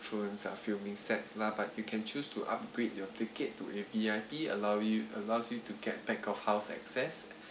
thrones uh filming sets lah but you can choose to upgrade your ticket to a V_I_P allow you allows you to get back of house access